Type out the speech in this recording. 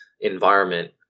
environment